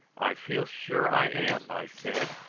i feel sure i am, i said.